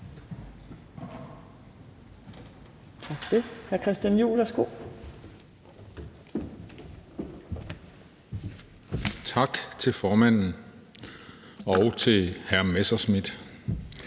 Tak til formanden, og tak til hr. Morten Messerschmidt.